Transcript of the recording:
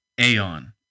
aeon